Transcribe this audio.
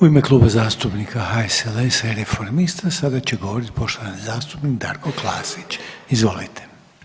U ime Kluba zastupnika HSLS-a i Reformista sada će govoriti poštovani zastupnik Darko Klasić, izvolite.